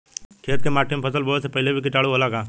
खेत के माटी मे फसल बोवे से पहिले भी किटाणु होला का?